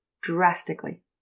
drastically